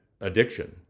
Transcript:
addiction